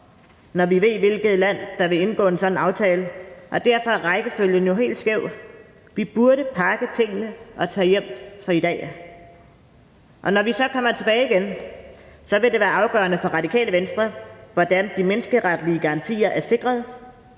når vi ved, hvilket land der vil indgå sådan en aftale. Derfor er rækkefølgen jo helt skæv. Vi burde pakke vores ting sammen og tage hjem for i dag. Når vi så kommer tilbage igen, vil det være afgørende for Radikale Venstre, hvordan de menneskeretlige garantier er sikret,